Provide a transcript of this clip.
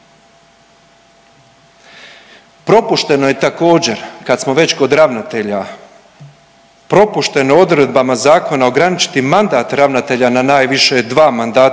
Propušteno je također kad smo već ravnatelja, propušteno je odredbama zakona ograničiti mandat ravnatelja na najviše dva mandata